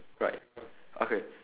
right okay